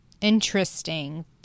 Interesting